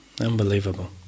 Unbelievable